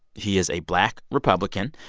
he is a black republican.